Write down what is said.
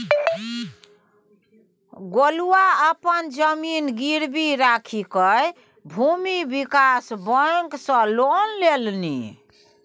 गोलुआ अपन जमीन गिरवी राखिकए भूमि विकास बैंक सँ लोन लेलनि